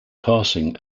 passing